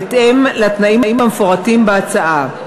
בהתאם לתנאים המפורטים בהצעה.